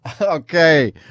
Okay